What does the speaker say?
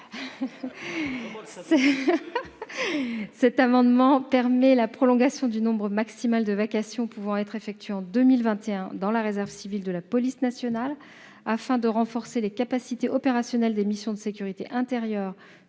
Cet amendement vise à permettre la prolongation du nombre maximal de vacations pouvant être effectuées en 2021 dans la réserve civile de la police nationale. Il s'agit ainsi de renforcer les capacités opérationnelles des missions de sécurité intérieure